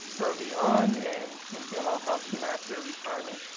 early on and thinking about how to map their retirement,